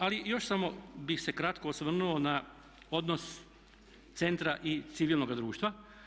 Ali još samo bih se kratko osvrnuo na odnos centra i civilnoga društva.